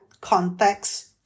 Context